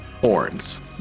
horns